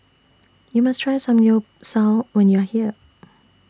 YOU must Try Samgyeopsal when YOU Are here